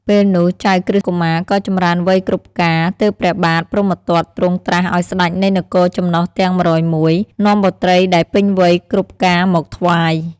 ពេលនោះ ចៅក្រឹស្នកុមារក៏ចម្រើនវ័យគ្រប់ការ ទើបព្រះបាទព្រហ្មទត្តទ្រង់ត្រាស់ឱ្យស្តេចនៃនគរចំណុះទាំង ១០១ នាំបុត្រីដែលពេញវ័យគ្រប់ការមកថ្វាយ។